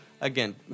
Again